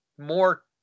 More